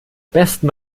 besten